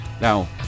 Now